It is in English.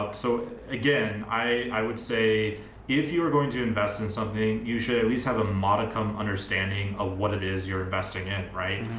ah so again, i would say if you are going to invest in something, you should at least have a modicum understanding of ah what it is. you're investing it right?